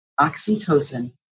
oxytocin